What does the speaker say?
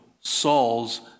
Saul's